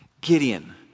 Gideon